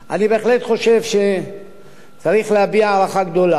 אני בהחלט חושב שצריך להביע הערכה גדולה.